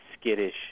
skittish